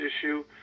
issue